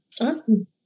Awesome